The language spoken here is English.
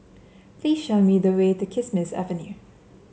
please show me the way to Kismis Avenue